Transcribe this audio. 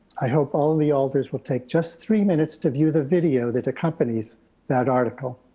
i hope all of the alders will take just three minutes to view the video that accompanies that article